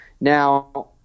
Now